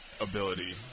ability